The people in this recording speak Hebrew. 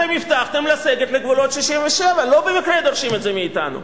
אתם הבטחתם לסגת לגבולות 67'. לא במקרה דורשים את זה מאתנו.